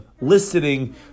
listening